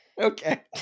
Okay